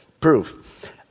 proof